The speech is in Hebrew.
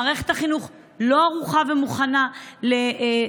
מערכת החינוך לא ערוכה ומוכנה לשפעת,